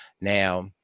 Now